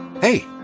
Hey